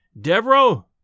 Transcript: Devereaux